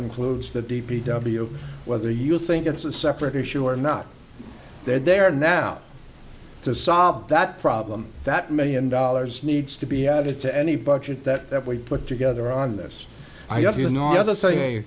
includes that d p w whether you think it's a separate issue or not they're there now to solve that problem that million dollars needs to be added to any budget that we put together on this i have you know other say